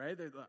right